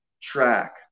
track